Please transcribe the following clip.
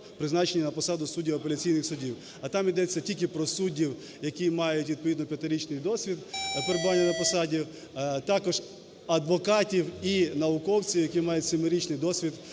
призначення на посаду суддів апеляційних судів. А там йдеться тільки про суддів, які мають відповідно п'ятирічний досвід перебування на посаді, також адвокатів і науковців, які мають семирічний досвід